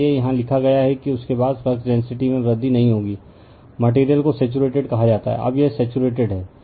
इसलिए यहाँ लिखा गया है कि उसके बाद फ्लक्स डेंसिटी में वृद्धि नहीं होगी मटेरियल को सैचुरेटेड कहा जाता है अब यह सैचुरेटेड है